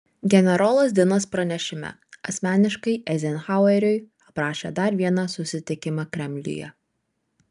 generolas dinas pranešime asmeniškai eizenhaueriui aprašė dar vieną susitikimą kremliuje